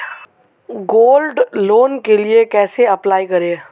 Gold loan के लिए कैसे अप्लाई करें?